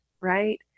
right